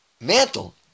mantle